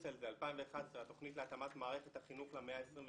2011 התוכנית להתאמת מערכת החינוך למאה ה-21,